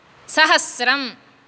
सहस्रम्